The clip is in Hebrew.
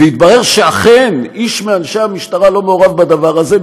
ויתברר שאכן איש מאנשי המשטרה לא מעורב בדבר הזה,